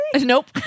nope